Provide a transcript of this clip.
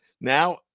Now